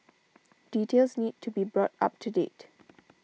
details need to be brought up to date